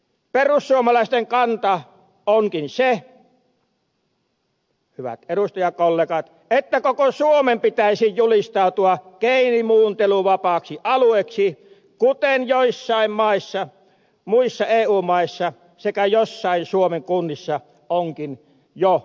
perussuomalaisten kanta onkin se hyvät edustajakollegat että koko suomen pitäisi julistautua geenimuunteluvapaaksi alueeksi kuten joissain muissa eu maissa sekä joissain suomen kunnissa onkin jo toimittu